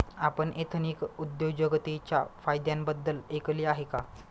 आपण एथनिक उद्योजकतेच्या फायद्यांबद्दल ऐकले आहे का?